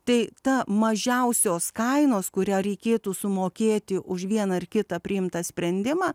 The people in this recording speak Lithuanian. tai ta mažiausios kainos kurią reikėtų sumokėti už vieną ar kitą priimtą sprendimą